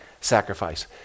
sacrifice